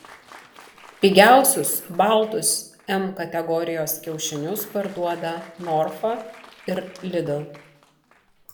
pigiausius baltus m kategorijos kiaušinius parduoda norfa ir lidl